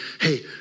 hey